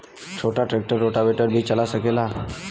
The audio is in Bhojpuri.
छोटा ट्रेक्टर रोटावेटर भी चला सकेला?